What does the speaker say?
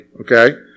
okay